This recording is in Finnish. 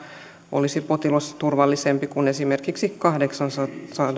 olisi potilasturvallisempi kuin esimerkiksi kahdeksansadan